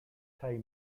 time